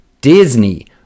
Disney